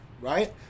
right